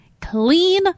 Clean